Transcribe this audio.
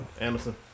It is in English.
Anderson